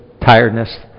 tiredness